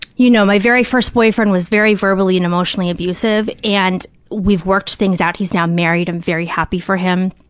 you know, my very first boyfriend was very verbally and emotionally abusive, and we've worked things out. he's now married. i'm very happy for him.